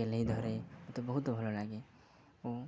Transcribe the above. ଗେହ୍ଲଇ ଧରେ ମତେ ବହୁତ ଭଲ ଲାଗେ ଓ